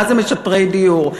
מה זה משפרי דיור?